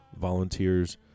volunteers